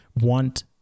want